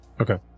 Okay